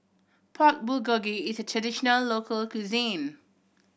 Pork Bulgogi is a traditional local cuisine